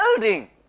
building